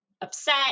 upset